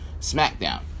SmackDown